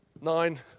Nine